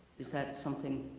is that something?